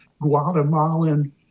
Guatemalan